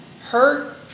Hurt